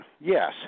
Yes